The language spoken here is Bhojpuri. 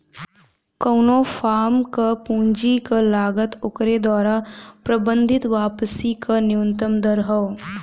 कउनो फर्म क पूंजी क लागत ओकरे द्वारा प्रबंधित वापसी क न्यूनतम दर हौ